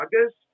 August